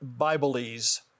Bibleese